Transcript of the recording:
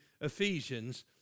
Ephesians